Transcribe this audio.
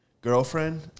girlfriend